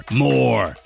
more